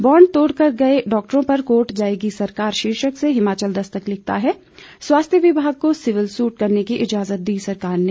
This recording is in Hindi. बांड तोड़कर गए डॉक्टरों पर कोर्ट जाएगी सरकार शीर्षक से हिमाचल दस्तक लिखता है स्वास्थ्य विभाग को सिविल सूट करने की इजाजत दी सरकार ने